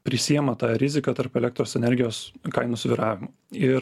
prisiema tą riziką tarp elektros energijos kainų svyravimų ir